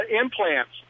Implants